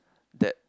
that